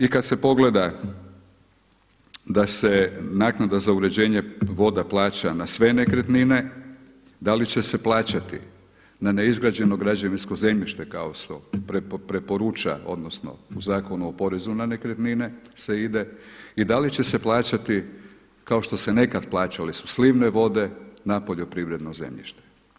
I kada se pogleda da se naknada za uređenje voda plaća na sve nekretnine, da li će se plaćati na neizgrađeno građevinsko zemljište kako se preporuča odnosno u Zakonu o porezu na nekretnine se ide, i da li će se plaćati kao što su se nekad plaćale slivne vode na poljoprivredno zemljište.